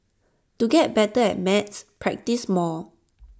to get better at maths practise more